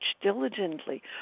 diligently